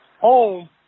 home